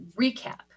recap